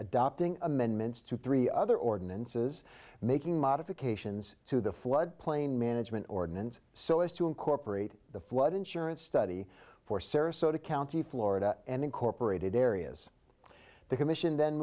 adopting amendments to three other ordinances making modifications to the floodplain management ordinance so as to incorporate the flood insurance study for sarasota county florida and incorporated areas the commission then